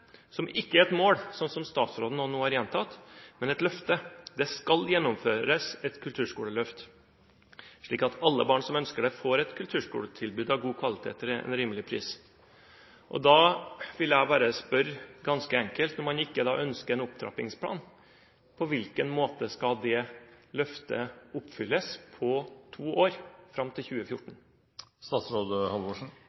som ikke er et mål, som statsråden nå har gjentatt, men et løfte. Det skal gjennomføres et kulturskoleløft, slik at alle barn som ønsker det, får et kulturskoletilbud av god kvalitet til en rimelig pris. Da vil jeg bare spørre ganske enkelt: Når man ikke ønsker en opptrappingsplan, på hvilken måte skal det løftet oppfylles på to år, fram til